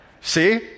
See